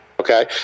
okay